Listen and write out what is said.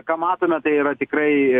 ką matome tai yra tikrai